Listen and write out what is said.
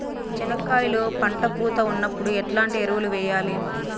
చెనక్కాయలు పంట పూత ఉన్నప్పుడు ఎట్లాంటి ఎరువులు వేయలి?